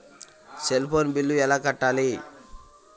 Cell phone bill ఎలా కట్టారు?